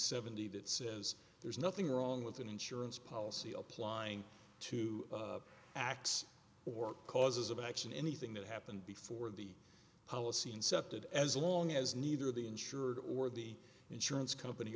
seventy that says there's nothing wrong with an insurance policy applying to x or causes of action anything that happened before the policy incepted as long as neither the insured or the insurance company